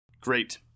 Great